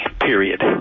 period